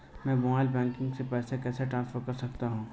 मैं mobile banking से पैसे कैसे ट्रांसफर कर सकता हूं?